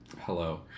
Hello